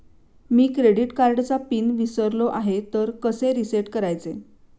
मी credit कार्डचा pin विसरलो आहे तर कसे रीसेट करायचे?